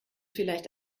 vielleicht